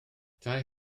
tai